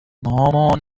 مامان